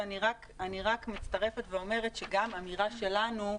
אני רק מצטרפת ואומרת שגם אמירה שלנו,